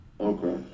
Okay